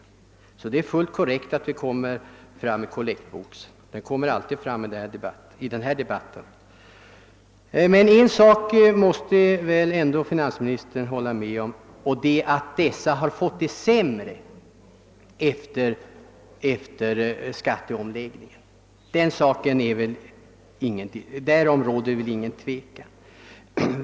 Det är därför fullt korrekt att kollektboxen återkommer i dessa debatter. Finansministern måste väl ändå hålla med om att dessa organisationer fått det sämre efter skatteomläggningen. Om den saken kan det väl inte råda något tvivel.